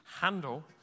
handle